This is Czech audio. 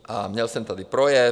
A měl jsem tady projev.